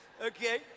Okay